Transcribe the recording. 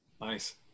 Nice